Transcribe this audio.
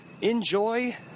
enjoy